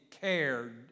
cared